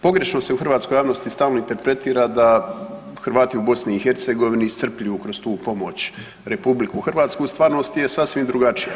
Pogrešno se u hrvatskoj javnosti stalno interpretira da Hrvati u BiH iscrpljuju kroz tu pomoć RH u stvarnosti je sasvim drugačije.